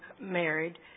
married